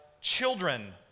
children